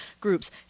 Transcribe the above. groups